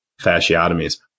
fasciotomies